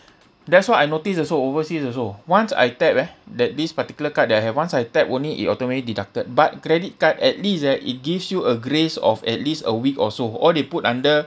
that's what I noticed also overseas also once I tap eh that this particular card that I have once I tap only it automatic deducted but credit card at least eh it gives you a grace of at least a week or so all they put under